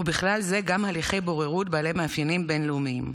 ובכלל זה הליכי בוררות בעלי מאפיינים בין-לאומיים,